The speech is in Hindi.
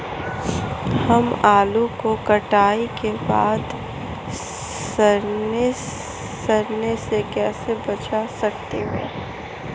हम आलू को कटाई के बाद सड़ने से कैसे बचा सकते हैं?